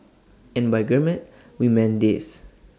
and by gourmet we mean this